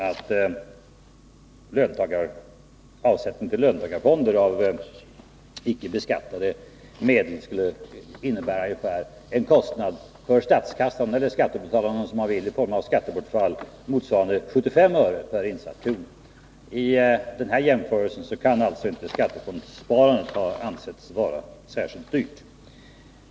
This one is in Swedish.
Avsättning till löntagarfonder av icke beskattade medel skulle innebära för statskassan eller skattebetalarna i form av skattebortfall en kostnad motsvarande 75 öre per insatt krona. Med tanke på den här jämförelsen kan alltså skattefondssparandet inte anses ha varit särskilt dyrt.